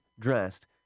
dressed